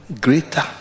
greater